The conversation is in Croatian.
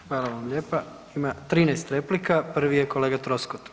Hvala vam lijepa, ima 13 replika, prvi je kolega Troskot.